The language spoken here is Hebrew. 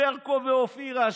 ברקו ואופירה,